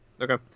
Okay